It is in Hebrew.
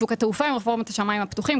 שוק התעופה עם רפורמת השמיים הפתוחים,